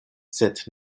sed